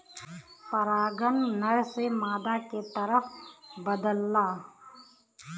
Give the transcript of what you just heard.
परागन नर से मादा के तरफ बदलला